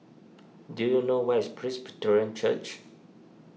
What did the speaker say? do you know where is Presbyterian Church